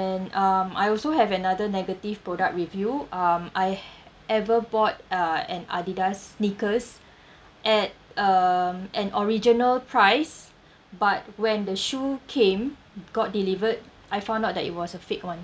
and um I also have another negative product review um I ever bought uh an Adidas sneakers at um an original price but when the shoe came got delivered I found out that it was a fake [one]